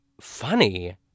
funny